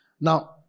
Now